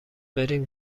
بریم